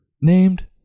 named